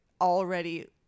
already